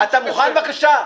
אתה מוכן, בבקשה?